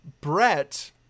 Brett